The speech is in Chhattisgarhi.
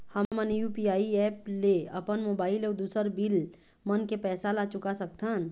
हमन यू.पी.आई एप ले अपन मोबाइल अऊ दूसर बिल मन के पैसा ला चुका सकथन